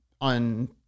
on